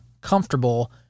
comfortable